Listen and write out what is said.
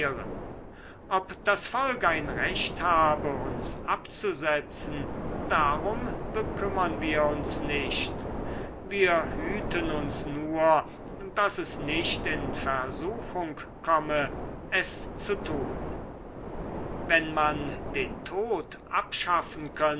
ob das volk ein recht habe uns abzusetzen darum bekümmern wir uns nicht wir hüten uns nur daß es nicht in versuchung komme es zu tun wenn man den tod abschaffen könnte